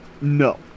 No